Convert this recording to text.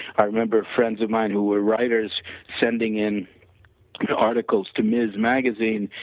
i remember friends of mine who were writers sending in articles to mizz magazine,